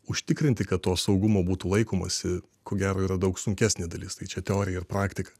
užtikrinti kad to saugumo būtų laikomasi ko gero yra daug sunkesnė dalis tai čia teorija ir praktika